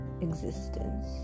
existence